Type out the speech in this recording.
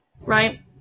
right